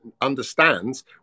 understands